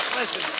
Listen